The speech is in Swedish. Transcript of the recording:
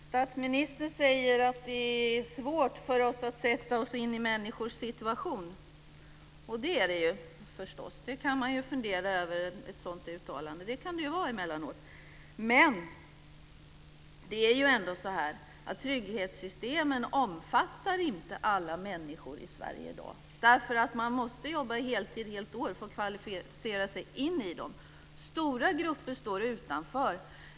Herr talman! Statsministern säger att det är svårt för oss att sätta oss in i människors situation, och det är det förstås. Det kan man fundera över. Det kan det vara emellanåt. Men det är ändå så att trygghetssystemen inte omfattar alla människor i Sverige i dag. Man måste nämligen jobba heltid ett helt år för att kvalificera sig in i dem. Stora grupper står utanför.